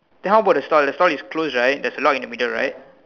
then how bout the store the store is close right there's a lock in the middle right